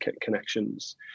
connections